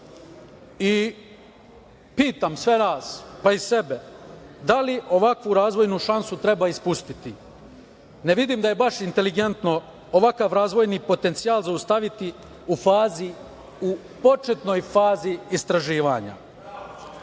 sve nas pa i sebe, da li ovakvu razvojnu šansu treba ispustiti, jer vidim da je baš inteligentno ovakav razvojni potencijal zaustaviti u početnoj fazi istraživanja.